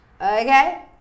okay